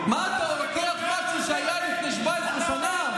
מה אתה לוקח משהו שהיה לפני 17 שנה?